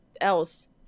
else